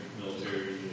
military